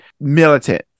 militant